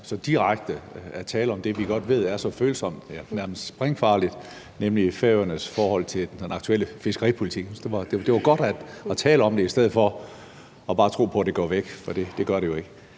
så direkte at tale om det, vi godt ved er så følsomt, nærmest sprængfarligt, nemlig Færøernes forhold til den aktuelle fiskeripolitik. Det var godt at tale om det i stedet for bare tro på, at det går væk, for det gør det jo ikke,